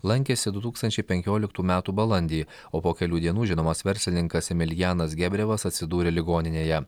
lankėsi du tūkstančiai penkioliktų metų balandį o po kelių dienų žinomas verslininkas emilijanas gebrevas atsidūrė ligoninėje